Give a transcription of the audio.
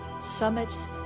summits